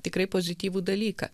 tikrai pozityvų dalyką